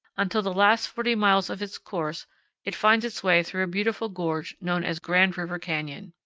until the last forty miles of its course it finds its way through a beautiful gorge known as grand river canyon.